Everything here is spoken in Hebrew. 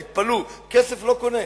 תתפלאו, כסף לא קונה.